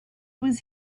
was